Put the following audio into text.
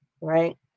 right